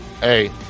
hey